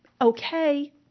okay